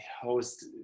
host